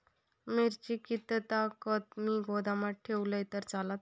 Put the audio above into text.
मिरची कीततागत मी गोदामात ठेवलंय तर चालात?